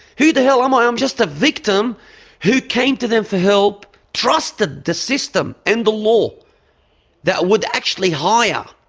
who the hell am i? i'm just a victim who came to them for help, trusted the system and the law that would actually hire,